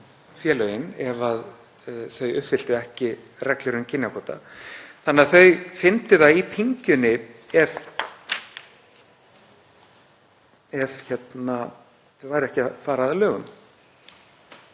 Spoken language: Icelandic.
félögin ef þau uppfylltu ekki reglur um kynjakvóta þannig að þau fyndu það á pyngjunni ef þau færu ekki að lögum.